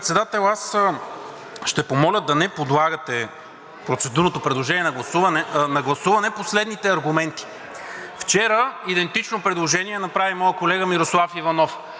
Аз ще помоля да не подлагате процедурното предложение на гласуване по следните аргументи. Вчера идентично предложение направи моят колега Мирослав Иванов,